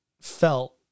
felt